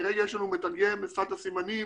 כרגע יש לנו מתרגם לשפת הסימנים